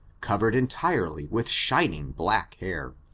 covered entirely with shining black hair.